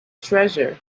treasure